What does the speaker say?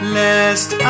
lest